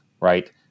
right